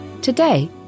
Today